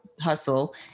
hustle